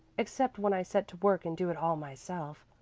except when i set to work and do it all myself.